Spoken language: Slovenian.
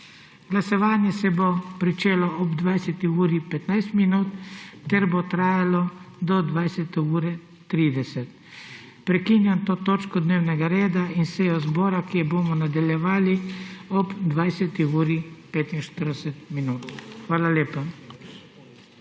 Glasovanje se bo začelo ob 20.15 ter bo trajalo do 20.30 Prekinjam to točko dnevnega reda in sejo zbora, ki jo bomo nadaljevali ob 20.45. Hvala lepa.